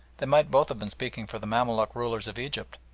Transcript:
they might both have been speaking for the mamaluk rulers of egypt,